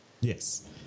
Yes